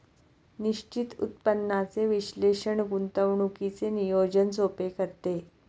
निश्चित उत्पन्नाचे विश्लेषण गुंतवणुकीचे नियोजन सोपे करते